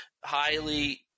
highly